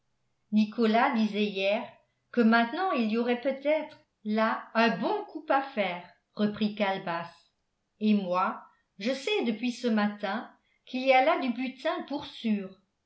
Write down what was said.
nicolas disait hier que maintenant il y aurait peut-être là un bon coup à faire reprit calebasse et moi je sais depuis ce matin qu'il y a là du butin pour sûr